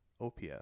OPS